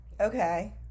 Okay